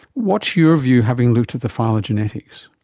what's your view, having looked at the phylogenetics?